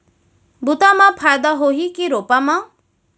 बुता म फायदा होही की रोपा म?